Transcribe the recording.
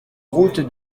route